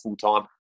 full-time